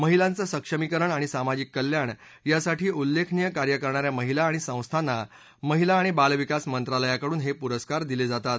महिलांचं सक्षमीकरण आणि सामाजिक कल्याण यासाठी उल्लेखनीय कार्य करणाऱ्या महिला आणि संस्थांना महिला आणि बालविकास मंत्रालयाकडून हे पुरस्कार दिले जातात